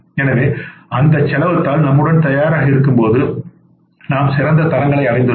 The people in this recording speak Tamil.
எனவே அந்த செலவுத் தாள் நம்முடன் தயாராக இருக்கும்போது நாம் சிறந்த தரங்களை அடைந்துள்ளோம்